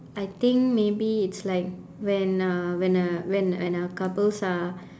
I think maybe it's like when uh when uh when uh couples are